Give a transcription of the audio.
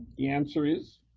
the answer is,